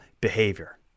behavior